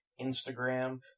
Instagram